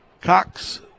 Cox